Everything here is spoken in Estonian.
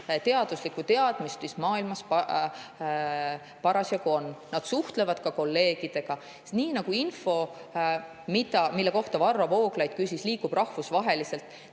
teaduslikku teadmist, mis maailmas parasjagu on. Nad suhtlevad ka kolleegidega. See info, mille kohta Varro Vooglaid küsis, liigub rahvusvaheliselt,